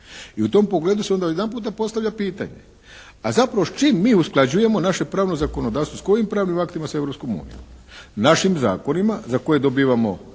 i u tom pogledu se onda odjedanputa postavlja pitanje, a zapravo s čim mi usklađujemo naše pravno zakonodavstvo, s kojim pravnim aktima s Europskom unijom, našim zakonima za koje dobivamo